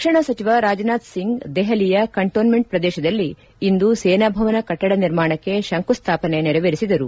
ರಕ್ಷಣಾ ಸಚಿವ ರಾಜನಾಥ್ ಸಿಂಗ್ ದೆಹಲಿಯ ಕಂಟೋನ್ಮಂಟ್ ಪ್ರದೇಶದಲ್ಲಿ ಇಂದು ಸೇನಾ ಭವನ ಕಟ್ಸದ ನಿರ್ಮಾಣಕ್ಕೆ ಶಂಕುಸ್ಲಾಪನೆ ನೆರವೇರಿಸಿದರು